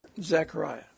Zechariah